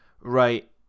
Right